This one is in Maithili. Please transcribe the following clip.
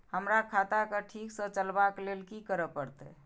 हमरा खाता क ठीक स चलबाक लेल की करे परतै